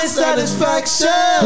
satisfaction